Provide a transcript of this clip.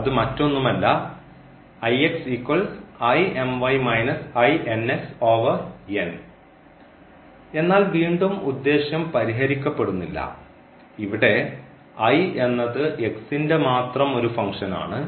അത് മറ്റൊന്നുമല്ല എന്നാൽ വീണ്ടും ഉദ്ദേശ്യം പരിഹരിക്കപ്പെടുന്നില്ല ഇവിടെ എന്നത് ന്റെ മാത്രം ഒരു ഫംഗ്ഷൻ ആണ്